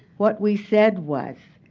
what we said was,